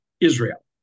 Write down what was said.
Israel